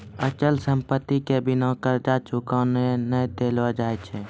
अचल संपत्ति के बिना कर्जा चुकैने नै देलो जाय छै